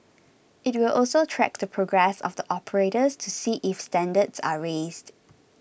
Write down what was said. it will also track the progress of the operators to see if standards are raised